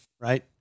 right